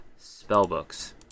Spellbooks